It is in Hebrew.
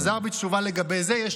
חזר בתשובה לגבי זה.